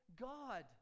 God